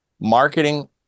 marketing